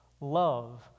Love